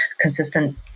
consistent